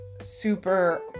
super